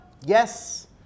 Yes